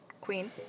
queen